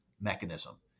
mechanism